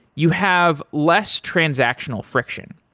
you have less transactional friction.